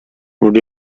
would